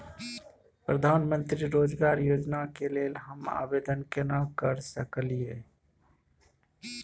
प्रधानमंत्री रोजगार योजना के लेल हम आवेदन केना कर सकलियै?